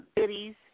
cities